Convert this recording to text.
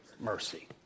mercy